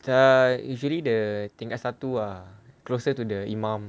ah usually the tingkat satu ah closer to the imam